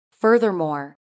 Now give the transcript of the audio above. Furthermore